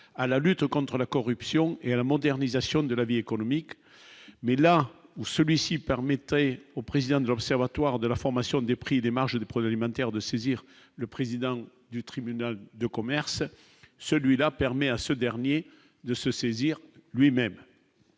à la lutte contre la corruption et à la modernisation de la vie économique, mais là où celui-ci permettrait au président de l'Observatoire de la formation des prix et des marges de produits humanitaires de saisir le président du tribunal de commerce celui-là permet à ce dernier de se saisir lui-même,